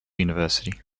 university